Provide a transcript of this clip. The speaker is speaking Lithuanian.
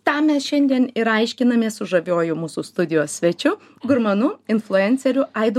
tą mes šiandien ir aiškinamės su žaviuoju mūsų studijos svečiu gurmanu influenceriu aidu